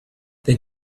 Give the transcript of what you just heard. then